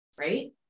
right